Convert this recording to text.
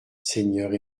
seigneurs